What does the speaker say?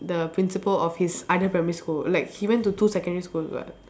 the principal of his other primary school like he went to two secondary schools [what]